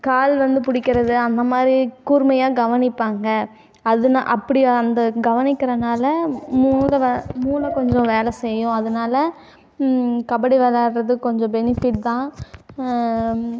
கால் வந்து பிடிக்கிறது அந்த மாதிரி கூர்மையாக கவனிப்பாங்க அதனா அப்படி அந்த கவனிக்கறதுனால மூளை வ மூளை கொஞ்சம் வேலை செய்யும் அதனால் கபடி விளயாட்றது கொஞ்சம் பெனிஃபிட் தான்